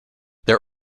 there